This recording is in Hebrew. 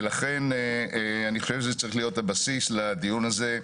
ולכן אני חושב שזה צריך להיות הבסיס לדיון הזה.